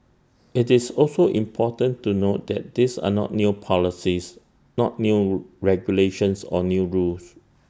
IT is also important to note that these are not new policies not new regulations or new rules